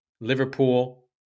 Liverpool